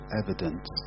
evidence